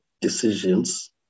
decisions